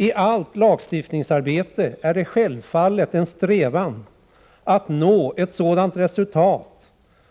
I allt lagstiftningsarbete är det självfallet en strävan att nå ett sådant resultat